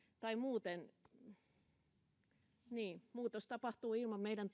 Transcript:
tai muuten muutos tapahtuu ilman meidän